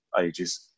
ages